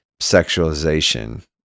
sexualization